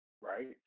Right